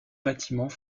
bâtiments